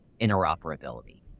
interoperability